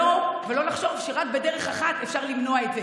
ולא לחשוב שרק בדרך אחת אפשר למנוע את זה.